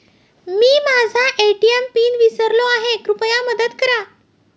मी माझा ATM PIN विसरलो आहे, कृपया मदत करा